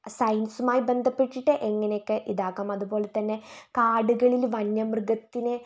സയൻസുമായി ബന്ധപ്പെട്ടിട്ട് എങ്ങനെയൊക്കെ ഇതാക്കാം അതുപോലെത്തന്നെ കാടുകളിൽ വന്യമൃഗത്തിനെ